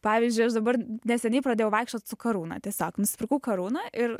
pavyzdžiui aš dabar neseniai pradėjau vaikščiot su karūna tiesiog nusipirkau karūną ir